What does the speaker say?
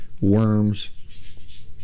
worms